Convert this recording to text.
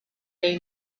they